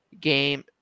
game